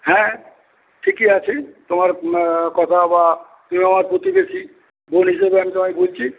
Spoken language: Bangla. হ্যা ঠিকই আছে তোমার কথা বা তুমি আমার প্রতিবেশী বোন হিসেবে আমি তোমায় বলছি